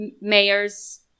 mayors